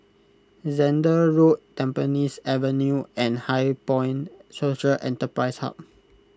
Zehnder Road Tampines Avenue and HighPoint Social Enterprise Hub